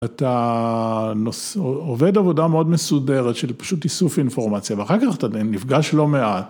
אתה עובד עבודה מאוד מסודרת של פשוט איסוף אינפורמציה ואחר כך אתה נפגש לא מעט.